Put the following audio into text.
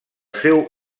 seu